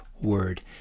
word